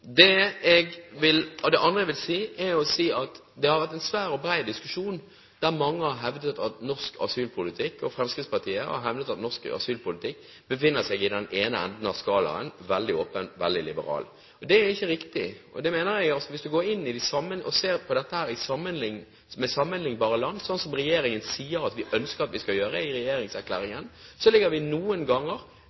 Det andre jeg vil si, er at vi har hatt en stor og bred diskusjon der mange har hevdet at norsk asylpolitikk – Fremskrittspartiet har hevdet at norsk asylpolitikk befinner seg i den ene enden av skalaen – er veldig åpen og veldig liberal. Det er ikke riktig. Hvis man går inn og ser på dette i sammenlignbare land – som regjeringen sier i regjeringserklæringen at den ønsker vi skal gjøre – ligger vi noen ganger